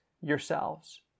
yourselves